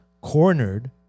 cornered